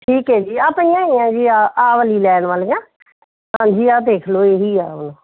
ਠੀਕ ਹੈ ਜੀ ਆਹ ਪਈਆਂ ਹੋਈਆਂ ਜੀ ਆਹ ਆਹ ਵਾਲੀ ਲਾਈਨ ਵਾਲੀਆਂ ਹਾਂਜੀ ਆਹ ਦੇਖ ਲਓ ਇਹ ਹੀ ਆ ਵ